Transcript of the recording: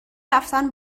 رفتن